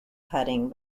cutting